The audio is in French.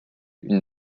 une